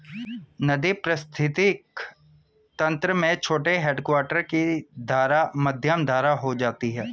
नदी पारिस्थितिक तंत्र में छोटे हैडवाटर की धारा मध्यम धारा हो जाती है